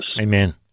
Amen